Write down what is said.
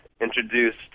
introduced